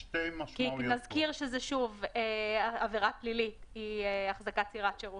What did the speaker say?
נזכיר שוב שזה עבירה פלילית, אי-החזקת סירת שירות.